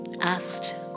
Asked